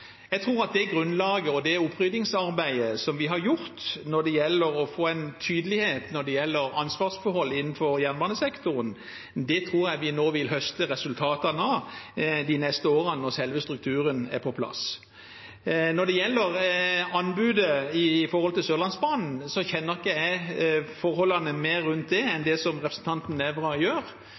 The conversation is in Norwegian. Jeg tror at det grunnlaget og oppryddingsarbeidet vi har gjort for å få tydelighet om ansvarsforhold innenfor jernbanesektoren, vil vi høste resultatene av de neste årene, når selve strukturen er på plass. Når det gjelder anbudet på Sørlandsbanen, kjenner jeg ikke mer til forholdene rundt det enn det representanten Nævra gjør.